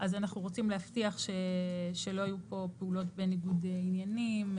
אנחנו רוצים להבטיח שלא יהיו פה פעולות בניגוד עניינים.